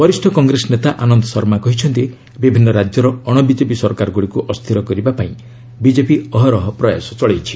ବରିଷ୍ଣ କଂଗ୍ରେସ ନେତା ଆନନ୍ଦ ଶର୍ମା କହିଛନ୍ତି ବିଭିନ୍ନ ରାଜ୍ୟର ଅଣ ବିଜେପି ସରକାରଗୁଡ଼ିକୁ ଅସ୍ଥିର କରିବାପାଇଁ ବିଜେପି ଅହରହ ପ୍ରୟାସ ଚଳାଇଛି